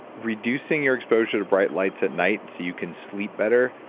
reducing your exposure to bright lights at night so you can sleep better.